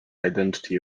identity